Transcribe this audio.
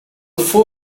full